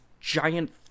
giant